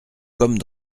comme